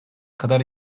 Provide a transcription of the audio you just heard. kadar